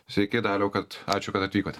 sveiki daliau kad ačiū kad atvykot